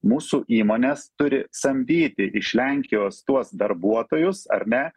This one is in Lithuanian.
mūsų įmonės turi samdyti iš lenkijos tuos darbuotojus ar ne